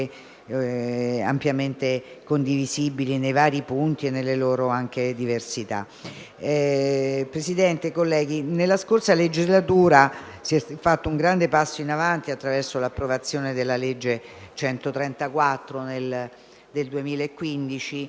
ampiamente condivisibili nei vari punti e anche nelle loro diversità. Signor Presidente, colleghi, nella scorsa legislatura si è fatto un grande passo in avanti con l'approvazione della legge n. 134 nel del